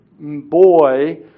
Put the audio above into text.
boy